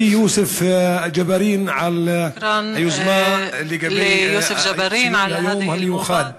ולחברי יוסף ג'בארין, על היוזמה לציון היום המיוחד